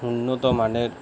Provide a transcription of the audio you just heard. উন্নত মানের